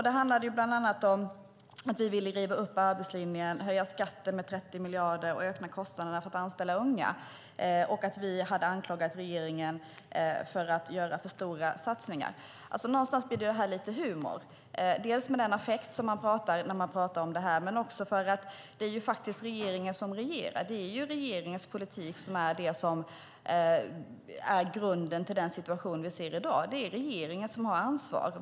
Det handlade bland annat om att vi ville riva upp arbetslinjen, höja skatten med 30 miljarder, öka kostnaderna för att anställa unga och att vi hade anklagat regeringen för att göra för stora satsningar. Det här blir nästan lite humoristiskt, dels på grund av den affekt som man pratar om det här med, dels för att det faktiskt är regeringen som regerar. Det är regeringens politik som är grunden till den situation som vi ser i dag. Det är regeringen som har ansvaret.